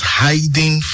hiding